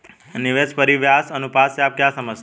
निवेश परिव्यास अनुपात से आप क्या समझते हैं?